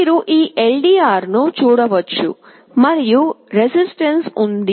మీరు ఈ LDR ను చూడవచ్చు మరియు రెసిస్టెన్స్ ఉంది